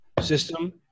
system